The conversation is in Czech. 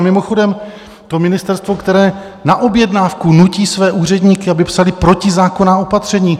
Mimochodem to ministerstvo, které na objednávku nutí své úředníky, aby psali protizákonná opatření.